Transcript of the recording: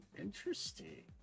interesting